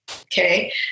Okay